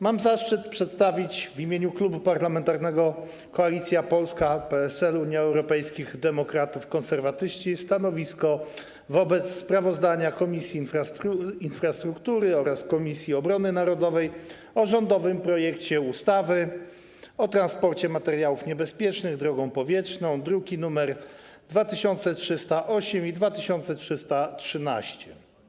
Mam zaszczyt przedstawić w imieniu Klubu Parlamentarnego Koalicja Polska - PSL, Unia Europejskich Demokratów, Konserwatyści stanowisko wobec sprawozdania Komisji Infrastruktury oraz Komisji Obrony Narodowej o rządowym projekcie ustawy o transporcie materiałów niebezpiecznych drogą powietrzną, druki nr 2308 i 2313.